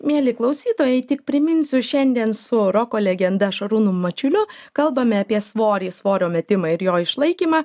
mieli klausytojai tik priminsiu šiandien su roko legenda šarūnu mačiuliu kalbame apie svorį svorio metimą ir jo išlaikymą